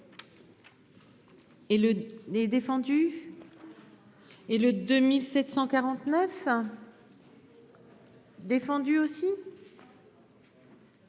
Et le 2749. Défendu aussi.